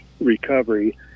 recovery